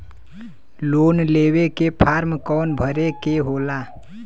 Loan लेवे के form कौन भरे के होला?